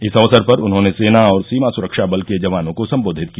इस अवसर पर उन्होंने सेना और सीमा सुरक्षाबल के जवानों को संबोधित किया